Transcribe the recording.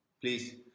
please